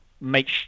make